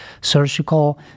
surgical